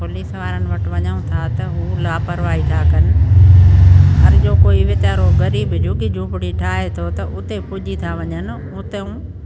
police वारनि वटि वञऊं था त हू लापरवाही था कनि हर जो कोई वेचारो ग़रीबु झुगी झूपिड़ी ठाहे थो त उते पुॼी था वञनि उतऊं